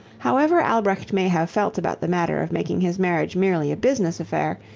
however albrecht may have felt about the matter of making his marriage merely a business affair,